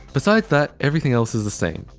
besides that, everything else is the same.